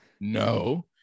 No